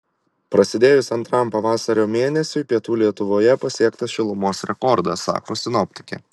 prasidėjus antram pavasario mėnesiui pietų lietuvoje pasiektas šilumos rekordas sako sinoptikė